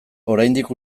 oraindik